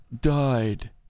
died